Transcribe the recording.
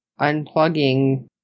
unplugging